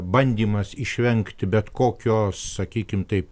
bandymas išvengti bet kokio sakykim taip